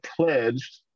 pledged